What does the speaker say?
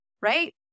Right